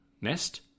nest